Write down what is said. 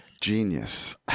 Genius